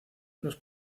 los